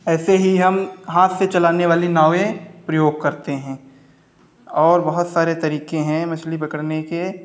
ऐसे ही हम हाथ से चलाने वाली नावें प्रयोग करते हैं और बहुत सारे तरीके हैं मछली पकड़ने के